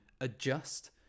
adjust